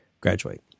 graduate